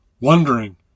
wondering